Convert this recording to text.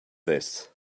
this